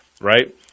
right